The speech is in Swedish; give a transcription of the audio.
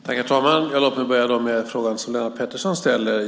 Herr talman! Låt mig börja med frågan som Lennart Pettersson ställer.